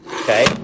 Okay